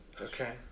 okay